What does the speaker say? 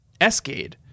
Escade